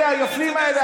אלה היפים האלה,